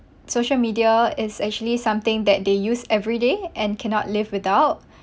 social media is actually something that they use every day and cannot live without